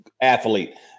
athlete